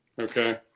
okay